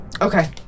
Okay